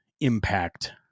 Impact